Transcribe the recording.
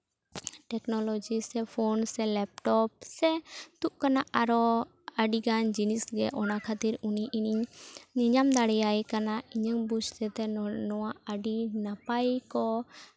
technology ᱥᱮ phone ᱥᱮ laptop ᱥᱮ ᱛᱩᱫ ᱠᱟᱱᱟ ᱟᱨᱚ ᱟᱹᱰᱤᱜᱟᱱ ᱡᱤᱱᱤᱥ ᱜᱮ ᱚᱱᱟ ᱠᱷᱟᱹᱛᱤᱨ ᱩᱱᱤ ᱤᱧᱤᱧ ᱧᱮᱧᱟᱢ ᱫᱟᱲᱮᱭᱟᱭ ᱠᱟᱱᱟ ᱤᱧᱟᱹᱜ ᱵᱩᱡᱽ ᱛᱮᱫᱚ ᱱᱚᱣᱟ ᱟᱹᱰᱤ ᱱᱟᱯᱟᱭ ᱠᱚ